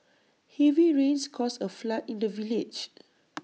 heavy rains caused A flood in the village